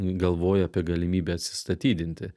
galvoja apie galimybę atsistatydinti